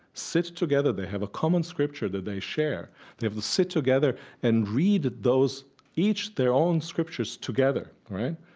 sit together they have a common scripture that they share they have to sit together and read those each their own scriptures together, all right?